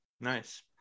Nice